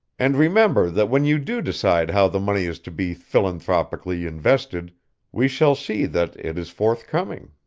and remember that when you do decide how the money is to be philanthropically invested we shall see that it is forthcoming.